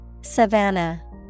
Savannah